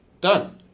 done